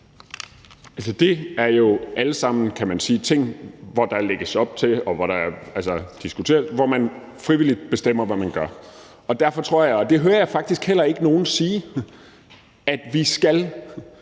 Det er jo alle sammen, kan man sige, ting, hvor der lægges op til, at man frivilligt bestemmer, hvad man gør, og derfor tror jeg ikke – og det hører jeg faktisk heller ikke nogen sige – at vi skal